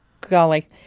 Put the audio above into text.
Golly